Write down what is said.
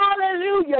Hallelujah